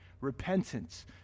repentance